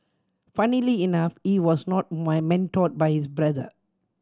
funnily enough he was not mentored by his brother